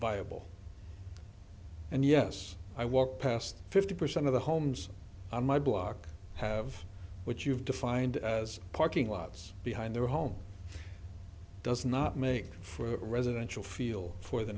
buyable and yes i walk past fifty percent of the homes on my block have which you've defined as parking lots behind their home does not make for a residential feel for the